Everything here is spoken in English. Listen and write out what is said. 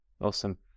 awesome